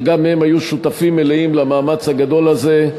שגם הם היו שותפים מלאים למאמץ הגדול הזה,